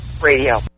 radio